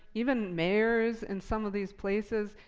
even mayors in some of these places,